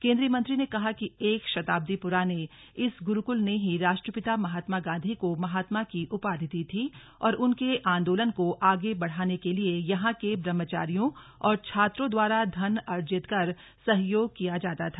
केंद्रीय मंत्री ने कहा कि एक शताब्दी पुराने इस गुरुकुल ने ही राष्ट्रपिता महात्मा गांधी को महात्मा की उपाधि दी थी और उनके आंदोलन को आगे बढ़ाने के लिए यहां के ब्रह्मचारियों और छात्रों द्वारा धन अर्जित कर सहयोग किया जाता था